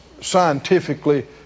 scientifically